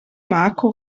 marco